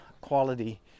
quality